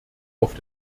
auf